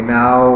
now